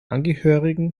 angehörigen